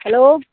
hello